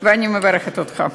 ואני מברכת אותך.